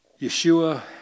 Yeshua